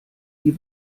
die